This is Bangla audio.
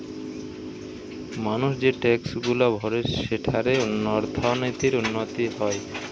মানুষ যে ট্যাক্সগুলা ভরে সেঠারে অর্থনীতির উন্নতি হয়